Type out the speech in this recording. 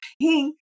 pink